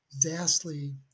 vastly